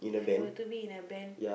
if you were to be in a band